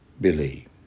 believe